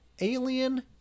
Alien